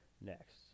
next